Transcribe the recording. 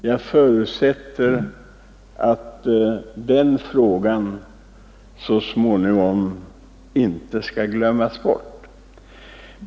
Jag förutsätter att den frågan inte skall glömmas bort.